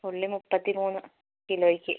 ഉള്ളി മുപ്പത്തിമൂന്ന് കിലോയ്ക്ക്